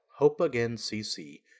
hopeagaincc